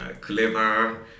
clever